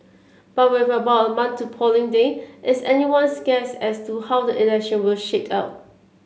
but with about a to polling day it's anyone's guess as to how the election will shake out